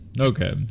Okay